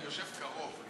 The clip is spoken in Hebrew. אני יושב קרוב.